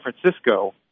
Francisco